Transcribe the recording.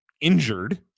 injured